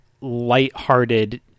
lighthearted